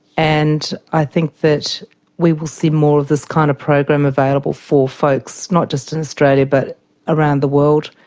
and i think that we will see more of this kind of program available for folks, not just in australia but around the world,